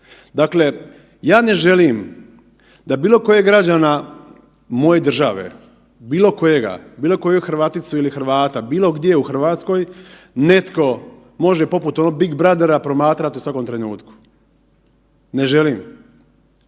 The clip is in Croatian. Dakle, ja ne želim da bilo kojeg građana moje države, bilo kojega, bilo koju Hrvaticu ili Hrvata, bilo gdje u Hrvatskoj netko može poput onog „Big Brothera“ promatrati u svakom trenutku. Ne želim.